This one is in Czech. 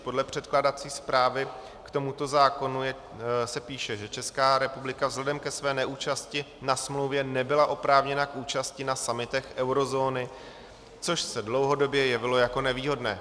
Podle předkládací zprávy k tomuto zákonu se píše, že Česká republika vzhledem ke své neúčasti na smlouvě nebyla oprávněna k účasti na summitech eurozóny, což se dlouhodobě jevilo jako nevýhodné.